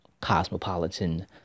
cosmopolitan